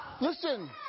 Listen